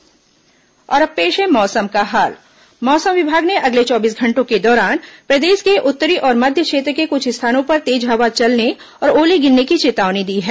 मौसम और अब पेश है मौसम का हाल मौसम विभाग ने अगले चौबीस घंटों के दौरान प्रदेश के उत्तरी और मध्य क्षेत्र के कुछ स्थानों पर तेज हवा चलने और ओले गिरने की चेतावनी दी है